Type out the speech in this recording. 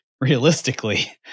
realistically